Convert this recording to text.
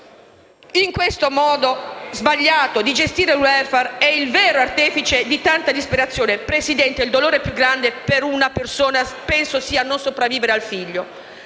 Questo modo sbagliato di gestire il *welfare* è il vero artefice di tanta disperazione. Il dolore più grande per una persona è non sopravvivere al figlio.